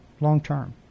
long-term